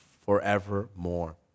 forevermore